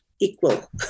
equal